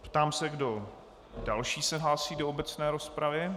Ptám se, kdo další se hlásí do obecné rozpravy.